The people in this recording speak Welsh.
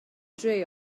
dre